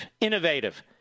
innovative